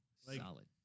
Solid